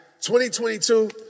2022